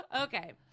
Okay